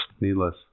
Needless